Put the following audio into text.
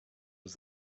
was